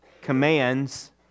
commands